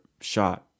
shot